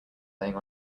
laying